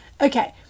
okay